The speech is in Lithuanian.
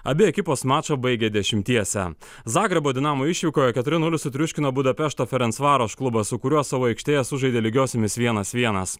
abi ekipos mačą baigė dešimtiese zagrebo dinamo išvykoje keturi nulis sutriuškino budapešto ferencvaros klubą su kuriuo savo aikštėje sužaidė lygiosiomis vienas vienas